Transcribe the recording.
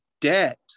debt